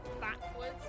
backwards